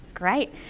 Great